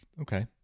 Okay